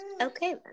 Okay